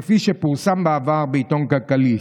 כפי שפורסם" בעבר בעיתון "כלכליסט,